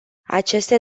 aceste